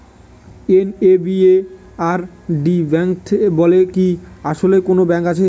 NABARD bank বলে কি আসলেই কোনো ব্যাংক আছে?